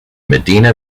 medina